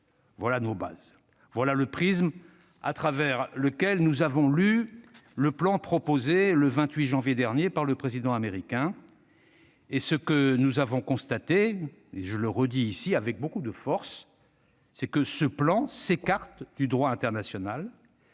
unilatérales. Voilà le prisme à travers lequel nous avons lu le plan proposé le 28 janvier dernier par le Président américain. Ce que nous avons constaté, et je le redis ici avec beaucoup de force, c'est que ce plan s'écarte du droit international,